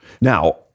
Now